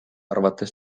arvates